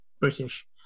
British